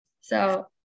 So-